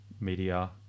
media